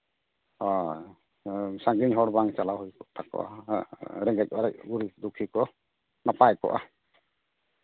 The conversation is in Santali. ᱦᱳᱭ ᱦᱳᱭ ᱥᱟᱺᱜᱤᱧ ᱦᱚᱲ ᱵᱟᱝ ᱪᱟᱞᱟᱣ ᱦᱩᱭ ᱠᱚᱜ ᱛᱟᱠᱚᱣᱟ ᱦᱮᱸ ᱨᱮᱸᱜᱮᱡ ᱚᱨᱮᱡ ᱜᱩᱨᱤᱵᱽ ᱫᱩᱠᱷᱤ ᱠᱚ ᱱᱟᱯᱟᱭ ᱠᱚᱜᱼᱟ